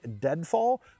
deadfall